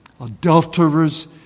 Adulterers